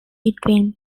between